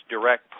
direct